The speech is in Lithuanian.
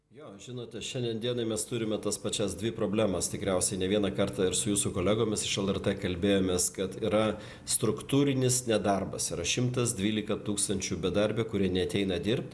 jo žinote šiandien dienai mes turime tas pačias dvi problemas tikriausiai ne vieną kartą ir su jūsų kolegomis iš lrt kalbėjomės kad yra struktūrinis nedarbas yra šimtas dvylika tūkstančių bedarbių kurie neateina dirbt